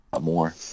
more